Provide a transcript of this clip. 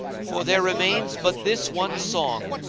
for there remains but this one song.